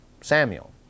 Samuel